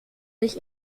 sich